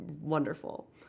wonderful